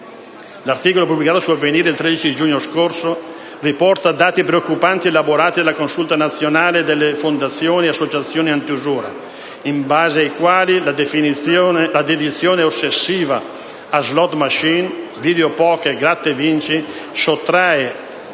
L'articolo pubblicato su «Avvenire» il 13 giugno scorso riporta dati preoccupanti elaborati dalla Consulta nazionale delle fondazioni e associazioni antiusura, in base ai quali la dedizione ossessiva a *slot machine*, *videopoker* e gratta e vinci sottrae